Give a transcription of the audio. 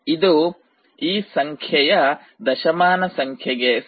ಇದು ಈ ಸಂಖ್ಯೆಯ ದಶಮಾನ ಸಂಖ್ಯೆಗೆ ಸಮ